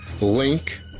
link